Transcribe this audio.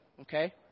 Okay